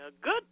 Good